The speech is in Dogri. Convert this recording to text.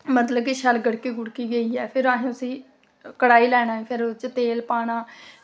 मतलब कि शैल गड़की गेदी ऐ फिर असें शैल उसगी कढ़ाई लैना ते ओह्दे च तेल पाना